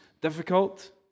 difficult